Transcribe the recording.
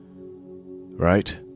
Right